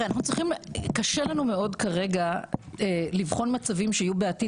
קשה לנו מאוד כרגע לבחון מצבים שיהיו בעתיד